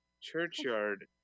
Churchyard